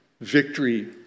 victory